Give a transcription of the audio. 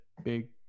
big